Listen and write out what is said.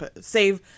save